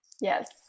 yes